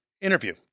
interview